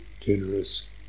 generous